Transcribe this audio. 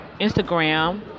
Instagram